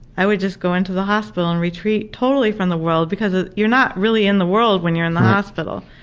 i would just go into the hospital and retreat totally from the world because you're not really in the world when you're in the hospital.